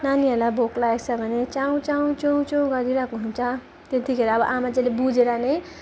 नानीहरूलाई भोक लागेको छ भने चाउँचाउँ चुउँचुउँ गरिरहेको हुन्छ त्यतिखेर अब आमा चाहिँले बुझेर नै